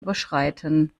überschreiten